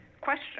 question